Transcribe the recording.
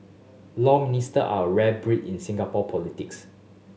law Minister are a rare breed in Singapore politics